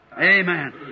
Amen